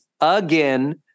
again